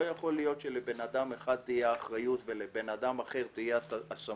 לא יכול להיות שלבן אדם אחד תהיה האחריות ולבן אדם אחר תהיה הסמכות.